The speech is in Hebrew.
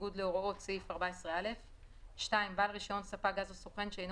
בניגוד להוראות סעיף 14(א); בעל רישיון ספק גז או סוכן שאינו